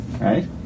right